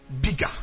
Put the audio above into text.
bigger